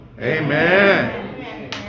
Amen